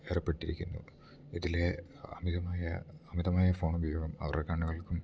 ഏർപ്പെട്ടിരിക്കുന്നു ഇതിൽ അമിതമായ അമിതമായ ഫോൺ ഉപയോഗം അവരുടെ കണ്ണുകൾക്കും